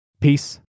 Peace